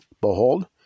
Behold